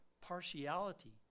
partiality